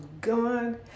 God